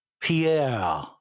Pierre